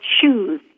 shoes